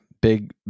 big